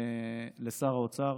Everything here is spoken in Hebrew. לשר האוצר,